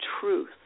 truth